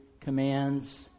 commands